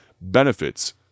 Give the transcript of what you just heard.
benefits